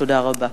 תודה רבה.